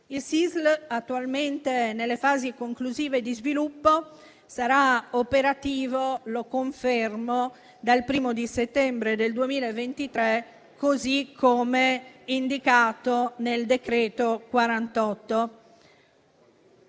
Il SISL, attualmente nelle fasi conclusive di sviluppo, sarà operativo - lo confermo - dal 1° settembre 2023, così come indicato nel decreto n.